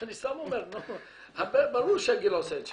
אני סתם אומר ברור שהגיל עושה את שלו.